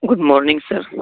good morning sir